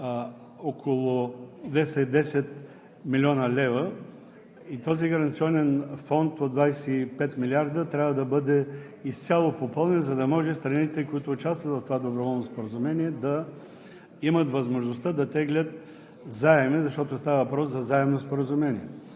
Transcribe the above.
около 210 млн. лв. Този гаранционен фонд от 25 милиарда трябва да бъде изцяло попълнен, за да може страните, които участват в това доброволно споразумение, да имат възможността да теглят заеми, защото става въпрос за заемно споразумение.